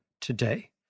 today